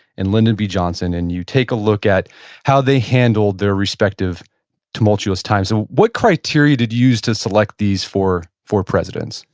and lyndon b. johnson, and you take a look at how they handled their respective tumultuous times. so what criteria did you use to select these four four presidents?